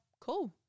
cool